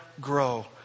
grow